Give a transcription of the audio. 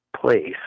place